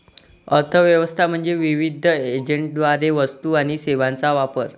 अर्थ व्यवस्था म्हणजे विविध एजंटद्वारे वस्तू आणि सेवांचा वापर